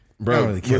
Bro